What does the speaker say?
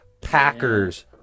Packers